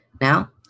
Now